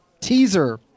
teaser